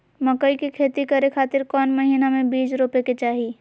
मकई के खेती करें खातिर कौन महीना में बीज रोपे के चाही?